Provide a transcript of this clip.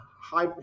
high